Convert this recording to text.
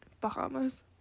Bahamas